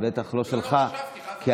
ובטח לא שלך כאלוף.